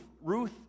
Ruth